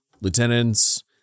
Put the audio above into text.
lieutenants